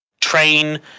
train